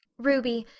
ruby,